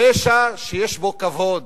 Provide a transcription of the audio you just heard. פשע שיש בו כבוד,